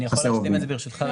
אני יכול להשלים את זה, ברשותך?